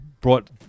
brought